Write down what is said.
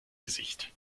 gesicht